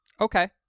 Okay